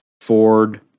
Ford